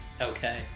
Okay